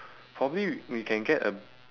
probably we we can get a